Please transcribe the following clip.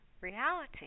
reality